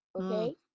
okay